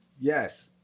Yes